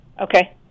Okay